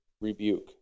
rebuke